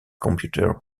computer